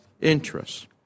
interests